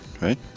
right